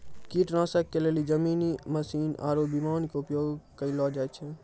कीटनाशक के लेली जमीनी मशीन आरु विमान के उपयोग कयलो जाय छै